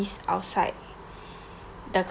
outside the